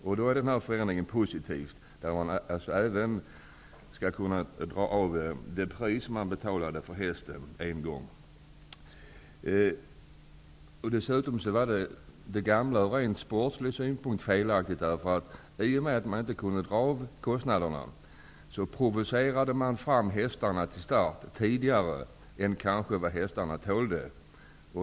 Därför är den förändring som föreslås positiv, dvs. att man skall kunna dra av även det belopp som man en gång betalade för hästen. Ur ren sportslig synpunkt var det gamla systemet felaktigt. I och med att man inte kunde dra av kostnaderna provocerade man nämligen fram hästarna till start tidigare än de kanske tålde.